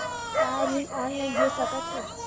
का ऋण ऑनलाइन हो सकत हे?